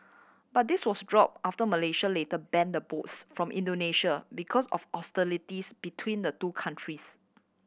but this was dropped after Malaysia later banned the boats from Indonesia because of hostilities between the two countries